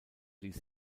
ließ